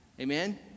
Amen